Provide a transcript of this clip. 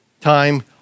time